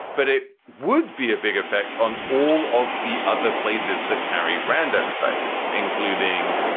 but it would be a big effect on all of the other places that carry brand advertising, including,